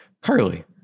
Carly